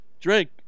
Drink